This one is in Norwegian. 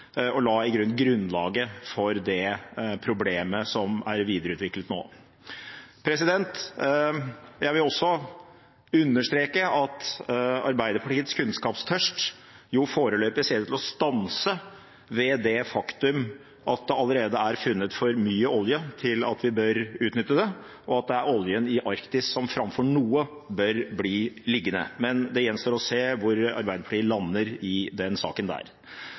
og la i grunnen grunnlaget for det problemet som er videreutviklet nå. Jeg vil også understreke at Arbeiderpartiets kunnskapstørst foreløpig ser ut til å stanse ved det faktum at det allerede er funnet for mye olje til at vi bør utnytte den, og at det er oljen i Arktis som framfor noe bør bli liggende, men det gjenstår å se hvor Arbeiderpartiet lander i den saken.